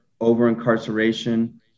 over-incarceration